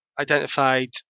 identified